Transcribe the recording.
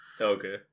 Okay